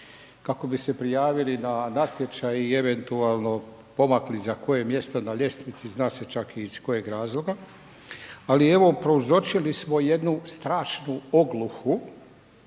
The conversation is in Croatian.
kako bi se prijavili na natječaj i eventualno pomakli za koje mjesto na ljestvici, zna se čak i iz kojeg razloga. Ali evo prouzročili smo jednu strašnu ogluhu